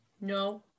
No